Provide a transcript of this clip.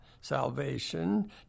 salvation